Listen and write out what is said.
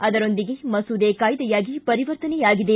ಅದರೊಂದಿಗೆ ಮಸೂದೆ ಕಾಯ್ದೆಯಾಗಿ ಪರಿವರ್ತನೆ ಆಗಿದೆ